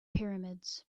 pyramids